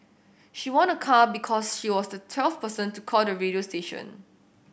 she won a car because she was the twelfth person to call the radio station